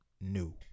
new